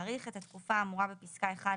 להאריך את התקופה האמורה בפסקה (1)